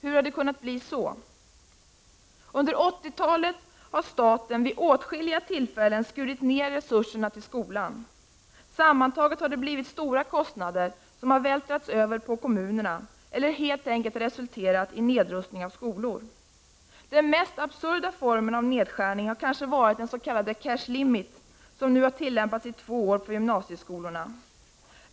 Hur har det kunnat bli så? Under 1980-talet har staten vid åtskilliga tillfällen skurit ned resurserna till skolan. Sammantaget har det blivit stora kostnader som har övervältrats på kommunerna eller helt enkelt resulterat i nedrustning av skolor. Den mest absurda formen av nedskärning har kanske varit den s.k. ”cash-limit”, som nu har tillämpats i två år för gymnasieskolorna.